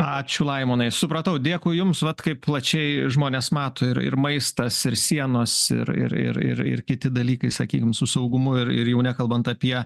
ačiū laimonai supratau dėkui jums vat kaip plačiai žmonės mato ir ir maistas ir sienos ir ir ir ir ir kiti dalykai sakykim su saugumu ir ir jau nekalbant apie